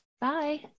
Bye